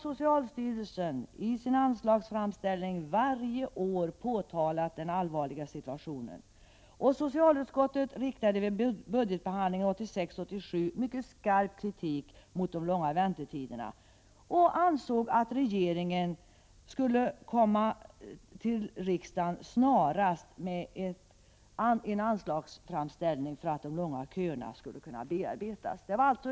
Socialstyrelsen har i sin anslagsframställning varje år påtalat den allvarliga situationen, och socialutskottet kom vid budgetbehandlingen 1986/87 med en mycket skarp kritik med anledning av de långa väntetiderna och underströk att regeringen snarast borde förelägga riksdagen en anslagsframställning, så att de långa köerna skulle kunna minskas.